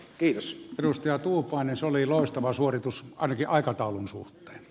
edustaja tuupainen se oli loistava suoritus ainakin aikataulun suhteen